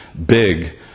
big